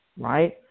right